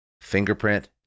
Fingerprint